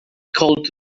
called